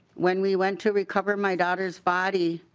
when we went to recover my daughter's body